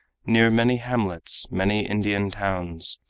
near many hamlets, many indian towns,